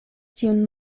tiun